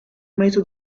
meter